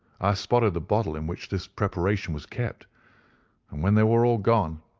i spotted the bottle in which this preparation was kept, and when they were all gone,